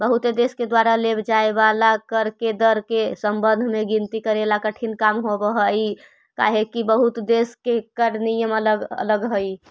बहुते देश के द्वारा लेव जाए वाला कर के दर के संबंध में गिनती करेला कठिन काम हावहई काहेकि बहुते देश के कर नियम अलग अलग हई